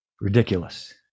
ridiculous